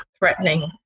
threatening